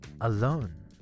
alone